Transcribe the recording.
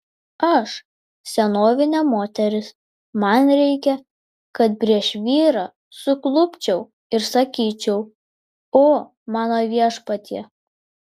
aš senovinė moteris man reikia kad prieš vyrą suklupčiau ir sakyčiau o mano viešpatie